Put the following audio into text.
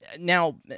now